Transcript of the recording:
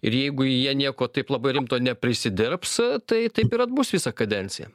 ir jeigu jie nieko taip labai rimto neprisidirbs tai taip ir atbus visą kadenciją